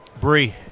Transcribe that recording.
Bree